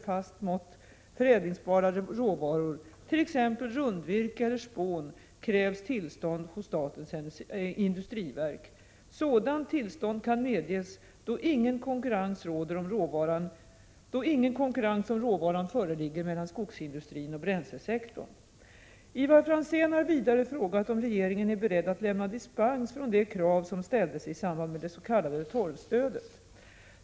fast mått förädlingsbara råvaror, t.ex. rundvirke eller spån, krävs tillstånd hos statens industriverk. Sådant tillstånd kan medges då ingen konkurrens om råvaran föreligger mellan skogsindustrin och bränslesektorn. Ivar Franzén har vidare frågat om regeringen är beredd att lämna dispens från de krav som ställdes i samband med det s.k. torvstödet.